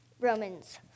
Romans